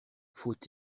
faut